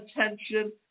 attention